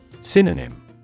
Synonym